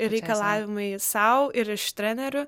reikalavimai sau ir iš trenerių